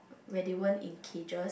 where they weren't in cages